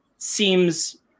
Seems